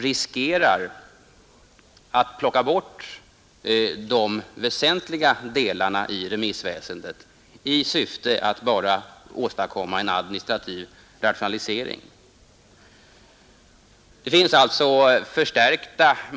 Risken finns att principiellt väsentliga delar i remissväsendet rationaliseras bort i administrativt syfte.